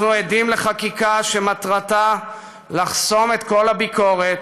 אנחנו עדים לחקיקה שמטרתה לחסום את קול הביקורת,